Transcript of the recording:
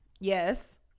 Yes